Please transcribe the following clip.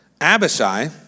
Abishai